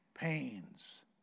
pains